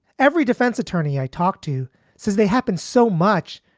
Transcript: every defense attorney i talked to says they happen so much,